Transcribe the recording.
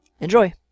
Enjoy